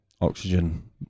oxygen